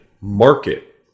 market